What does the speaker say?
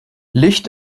licht